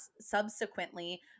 subsequently